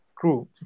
True